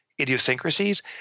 idiosyncrasies